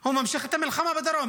הוא ממשיך את המלחמה בדרום.